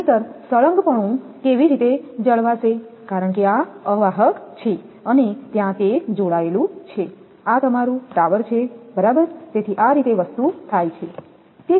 નહિંતર સળંગપણું કેવી રીતે જાળવશે કારણ કે આ અવાહક છે અને ત્યાં તે જોડાયેલું છે આ તમારું ટાવર છે બરાબર તેથી આ રીતે વસ્તુ થાય છે